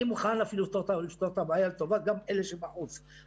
אני מוכן לפתור את הבעיה גם לטובת אלה שמגיעים מחוץ לנתיבות,